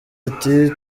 ati